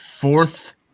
Fourth